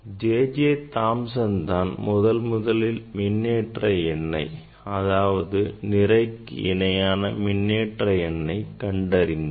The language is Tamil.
J J Thomson தான் முதல் முதலில் மின்னேற்ற எண்ணை அதாவது நிறைக்கு இணையான மின்னேற்ற எண்ணை கண்டறிந்தார்